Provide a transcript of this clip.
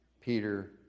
Peter